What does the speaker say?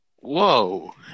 Whoa